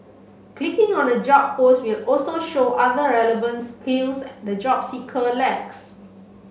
clicking on a job post will also show other relevant skills the job seeker lacks